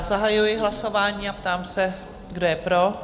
Zahajuji hlasování a ptám se, kdo je pro?